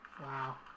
Wow